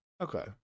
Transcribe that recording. Okay